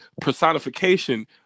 personification